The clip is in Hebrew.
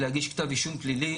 להגיש כתב אישום פלילי,